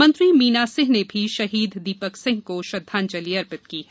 मंत्री मीना सिंह ने भी शहीद दीपक सिंह को श्रद्धांजलि अर्पित की है